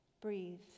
Breathe